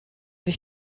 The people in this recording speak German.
sich